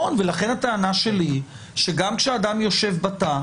הטענה שלי היא שגם כאשר אדם יושב בתא,